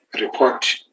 report